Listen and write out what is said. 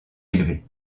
élevé